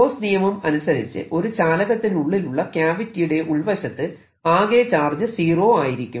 Gauss നിയമം അനുസരിച്ച് ഒരു ചാലകത്തിനുള്ളിലുള്ള ക്യാവിറ്റിയുടെ ഉൾവശത്ത് ആകെ ചാർജ് സീറോ ആയിരിക്കും